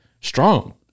strong